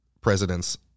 presidents